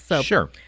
Sure